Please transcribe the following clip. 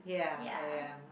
ya